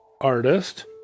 artist